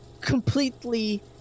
completely